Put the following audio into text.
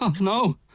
no